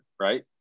right